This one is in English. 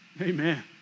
Amen